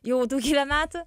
jau daugybę metų